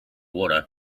water